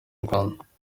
rwanda